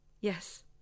Yes